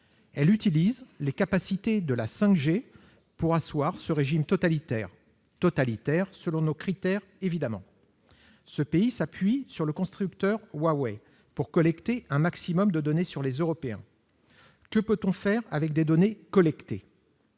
Elle utilise les capacités de la 5G pour assoir son régime totalitaire- totalitaire selon nos critères, bien évidemment. Ce pays s'appuie sur le constructeur Huawei pour collecter un maximum de données sur les Européens. Que peut-on faire avec des données collectées ?